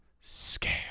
scare